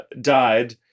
died